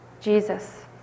Jesus